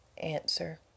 answer